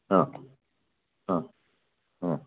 ആ ആ ആ